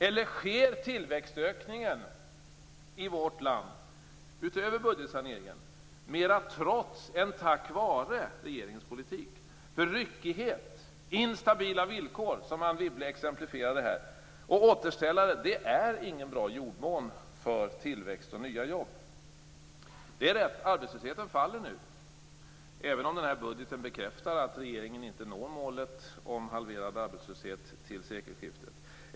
Eller sker tillväxtökningen i vårt land, utöver budgetsaneringen, mera trots än tack vare regeringens politik? Ryckighet, instabila villkor, som Anne Wibble exemplifierade, och återställare är ingen bra jordmån för tillväxt och nya jobb. Det är rätt att arbetslösheten nu sjunker, även om denna budget bekräftar att regeringen inte når målet om halverad arbetslöshet till sekelskiftet.